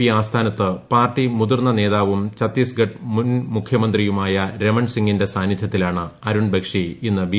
P ആസ്ഥാനത്ത് party മുതിർന്ന നേതാവും ഛത്തീസ്ഗഡ് മുൻമുഖൃമന്ത്രിയുമായ രമൺ സിങിന്റെ സാന്നിദ്ധ്യത്തിലാണ് അരുൺ ബക്ഷി ഇന്ന് ബി